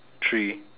three